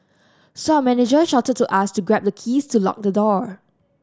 so our manager shouted to us to grab the keys to lock the door